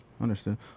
Understood